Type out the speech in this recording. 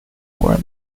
were